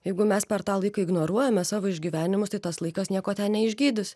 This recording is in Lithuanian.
jeigu mes per tą laiką ignoruojame savo išgyvenimus tai tas laikas nieko ten neišgydys